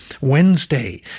Wednesday